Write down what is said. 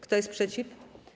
Kto jest przeciw?